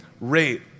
rate